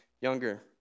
younger